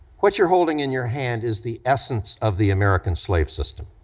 what you're holding in your hand is the essence of the american slave system,